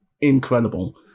incredible